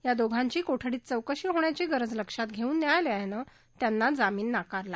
या दोघांची कोठडीत चौकशी होण्याची गरज लक्षात घेऊन न्यायालयानं त्यांना जामीन नाकारला